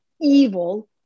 evil